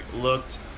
looked